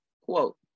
Quote